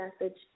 message